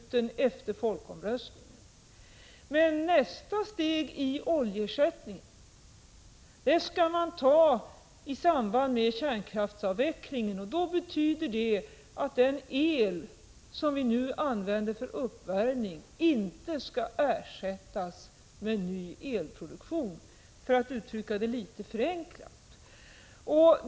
1985/86:110 besluten i folkomröstningen. Men nästa steg i oljeersättningen skall tas i samband med kärnkraftsavvecklingen, och då betyder det att den el som vi nu använder för uppvärmning inte skall ersättas med ny elproduktion, för att uttrycka det förenklat.